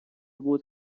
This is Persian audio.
بود